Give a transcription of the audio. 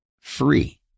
free